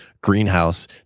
greenhouse